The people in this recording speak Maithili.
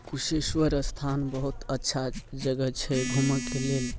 कुशेश्वर स्थान बहुत अच्छा जगह छै घूमऽके लेल